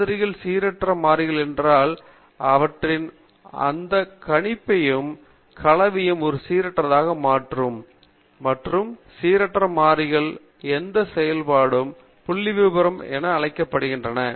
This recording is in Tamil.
மாதிரிகள் சீரற்ற மாறிகள் என்றால் அவற்றின் எந்த கணித கலவையும் ஒரு சீரற்றதாக மாறும் மற்றும் சீரற்ற மாறிகள் இந்த செயல்பாடுள் புள்ளிவிபரம் என அழைக்கப்படுகின்றன